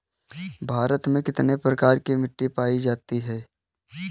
भारत में कितने प्रकार की मिट्टी पाई जाती है?